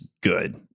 good